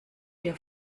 dir